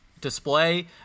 display